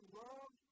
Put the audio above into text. love